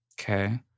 Okay